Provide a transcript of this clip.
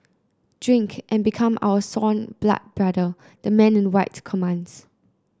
drink and become our sworn blood brother the man in white commands